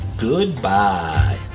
Goodbye